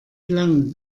lang